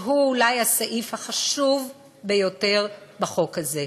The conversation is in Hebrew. שהיא אולי הפסקה החשובה ביותר בחוק הזה.